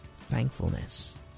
thankfulness